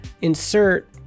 insert